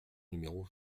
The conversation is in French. numéro